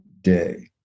day